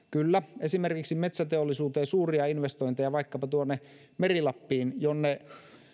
kyllä esimerkiksi metsäteollisuuteen suuria investointeja vaikkapa tuonne meri lappiin jonne